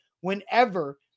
whenever